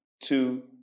Two